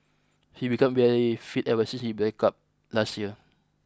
he became very fit ever since his breakup last year